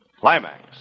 Climax